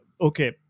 okay